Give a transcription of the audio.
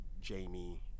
Jamie